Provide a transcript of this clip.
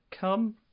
come